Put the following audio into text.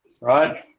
right